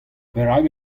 perak